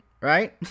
right